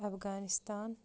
Afghanistan